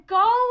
go